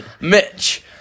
Mitch